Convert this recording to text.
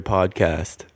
Podcast